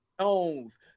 Jones